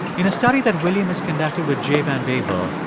in a study that william has conducted with jay van bavel,